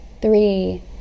three